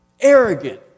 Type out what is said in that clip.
arrogant